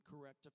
correct